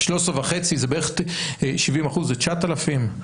70% זה 9,000?